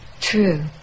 true